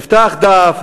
נפתח דף,